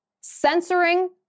censoring